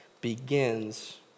begins